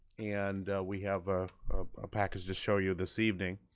and we have a package to show you this evening.